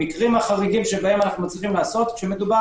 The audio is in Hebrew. המקרים החריגים שאנו מצליחים לעשות כשמדובר